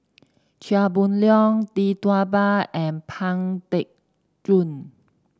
Chia Boon Leong Tee Tua Ba and Pang Teck Joon